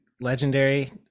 Legendary